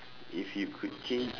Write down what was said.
if you could change